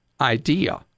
idea